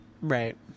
Right